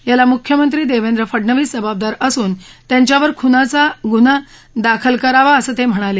याला मुख्यमंत्री देवेंद्र फडणवीस जबाबदार असून त्यांच्यावर खुनाचा गुन्हा दाखल करावा ते म्हणाले